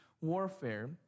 warfare